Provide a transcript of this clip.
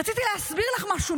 רציתי להסביר לך משהו,